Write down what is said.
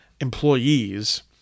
employees